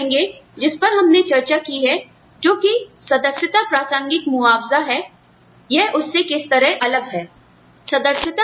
अब आप कहेंगे जिस पर हमने चर्चा की है जोकि सदस्यता प्रासंगिक मुआवजा है यह उससे किस तरह अलग है